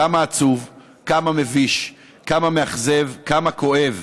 כמה עצוב, כמה מביש, כמה מאכזב, כמה כואב,